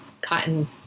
cotton